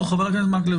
חבר הכנסת מקלב,